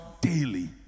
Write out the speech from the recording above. daily